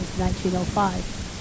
1905